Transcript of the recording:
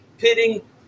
pitting